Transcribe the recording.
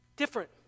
different